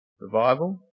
Revival